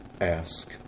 ask